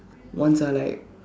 once I like